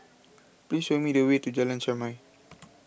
please show me the way to Jalan Chermai